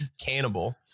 cannibal